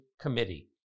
Committee